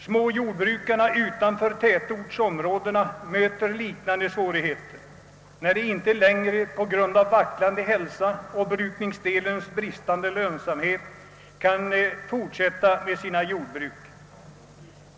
Småjordbrukarna utanför tätortsområdena möter liknande svårigheter när de inte längre på grund av vacklande hälsa och brukningsdelens bristande lönsamhet kan fortsätta med sina jordbruk.